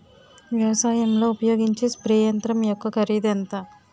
వ్యవసాయం లో ఉపయోగించే స్ప్రే యంత్రం యెక్క కరిదు ఎంత?